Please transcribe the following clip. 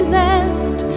left